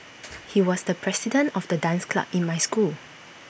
he was the president of the dance club in my school